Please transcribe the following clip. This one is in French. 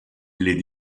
les